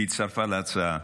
שהצטרפה להצעה,